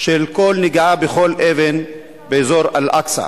של כל נגיעה בכל אבן באזור אל-אקצא.